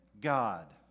God